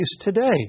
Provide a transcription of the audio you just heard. today